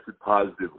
positive